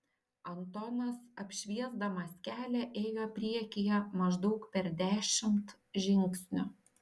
antonas apšviesdamas kelią ėjo priekyje maždaug per dešimt žingsnių